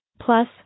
Plus